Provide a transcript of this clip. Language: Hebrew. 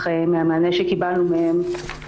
אבל מהמענה שקיבלנו מהם